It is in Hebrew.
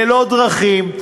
ללא דרכים,